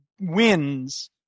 wins